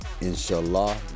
Inshallah